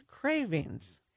cravings